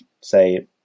say